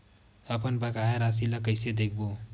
अपन बकाया राशि ला कइसे देखबो?